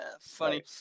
Funny